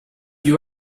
you